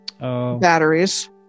batteries